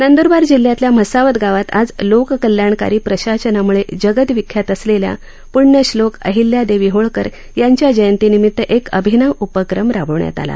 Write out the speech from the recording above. नंदुरबार जिल्ह्यातल्या म्हसावद गावात आज लोककल्याणकारी प्रशासनामुळे जगविख्यात असलेल्या प्रण्यश्लोक अहिल्यादेवी होळकर यांच्या जयंती निमित्त एक अभिनव उपक्रम राबविण्यात आला